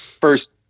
first